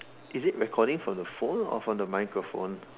is it recording from the phone or from the microphone